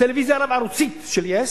טלוויזיה רב-ערוצית של yes,